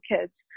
kids